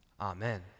Amen